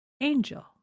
angel